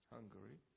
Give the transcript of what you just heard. Hungary